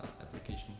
application